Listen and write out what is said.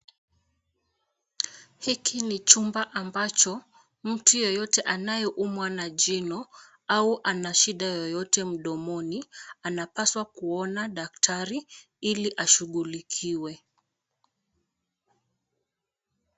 Hiki ni chumba ambacho mtu yeyote anayeumwa na jino au anashida yoyote mdomoni anapaswa kuona daktari ili ashughulikiwe.